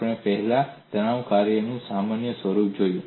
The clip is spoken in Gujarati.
આપણે પહેલાથી જ તણાવ કાર્યનું સામાન્ય સ્વરૂપ જોયું છે